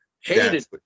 Hated